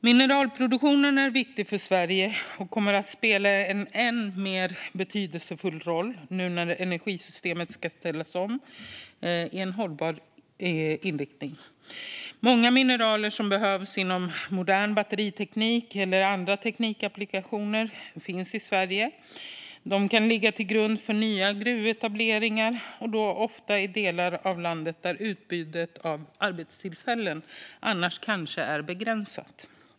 Mineralproduktionen är viktig för Sverige och kommer att spela en än mer betydelsefull roll nu när energisystemet ska ställas om i en hållbar riktning. Många mineral som behövs inom modern batteriteknik eller andra teknikapplikationer finns i Sverige. De kan ligga till grund för nya gruvetableringar, då ofta i delar av landet där utbudet av arbetstillfällen annars kanske är begränsat.